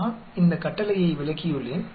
நான் இந்த கட்டளையை விளக்கியுள்ளேன்